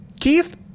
Keith